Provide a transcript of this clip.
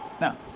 Now